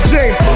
James